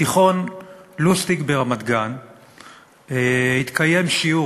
בתיכון "לוסטיג" ברמת-גן התקיים שיעור,